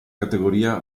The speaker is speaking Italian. categoria